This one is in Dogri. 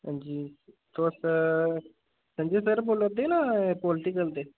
हां जी तुस संजय सर बोल्ला दे ना ऐ पोलिटिकल दे